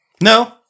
No